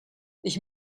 ich